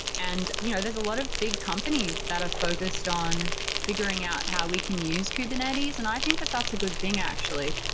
and you know there's a lot of big companies that are focused on figuring figuring out how we can use kubernetes. and i think that that's a good thing actually.